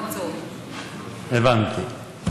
הבנתי, תודה.